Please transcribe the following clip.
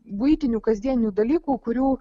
buitinių kasdienių dalykų kurių